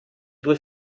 due